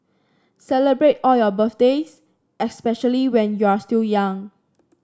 celebrate all your birthdays especially when you're still young